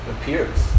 appears